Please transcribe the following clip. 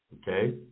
Okay